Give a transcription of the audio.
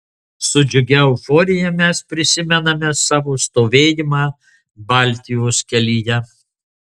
su džiugia euforija mes prisimename savo stovėjimą baltijos kelyje